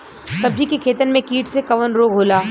सब्जी के खेतन में कीट से कवन रोग होला?